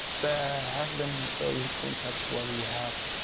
there have been early concepts where we had,